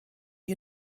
der